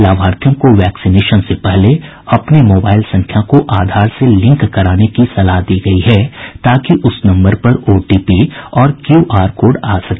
लाभार्थियों को वैक्सीनेशन से पहले अपने मोबाईल संख्या को आधार से लिंक कराने की सलाह दी गयी है ताकि उस नम्बर पर ओटीपी और क्यूआर कोड आ सके